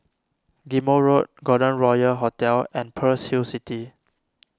Ghim Moh Road Golden Royal Hotel and Pearl's Hill City